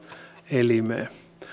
elimeen